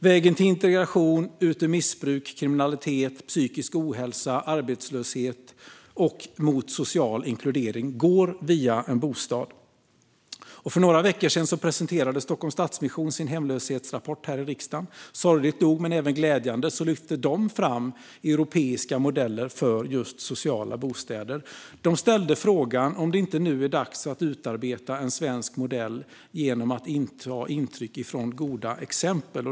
Vägen till integration, vägen ut ur missbruk, kriminalitet, psykisk ohälsa eller arbetslöshet och vägen mot social inkludering går via en bostad. För några veckor sedan presenterade Stockholms Stadsmission sin hemlöshetsrapport här i riksdagen. Sorgligt nog men även glädjande lyfte de fram europeiska modeller för sociala bostäder. De ställde frågan om det inte nu är dags att utarbeta en svensk modell genom att ta intryck från goda exempel.